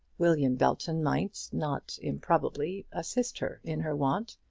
william belton might, not improbably, assist her in her want,